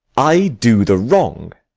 i do the wrong,